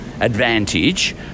advantage